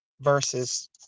versus